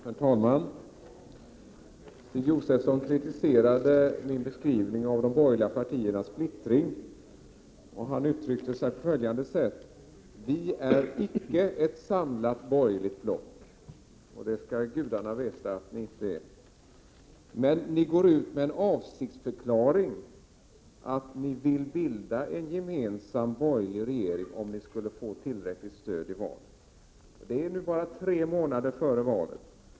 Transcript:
Herr talman! Stig Josefson kritiserade min beskrivning av den borgerliga splittringen. Själv sade han att det inte finns något samlat borgerligt block. Det skall gudarna veta att ni inte är! Men ni går ut och förklarar att ni har för avsikt att bilda en gemensam borgerlig regering, om ni skulle få tillräckligt stöd i valet. Det är nu bara tre månader kvar till valet.